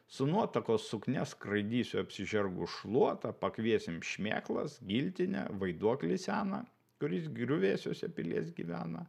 su nuotakos suknia skraidysiu apsižergus šluotą pakviesim šmėklas giltinę vaiduoklį seną kuris griuvėsiuose pilies gyvena